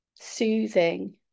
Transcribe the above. soothing